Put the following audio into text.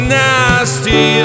nasty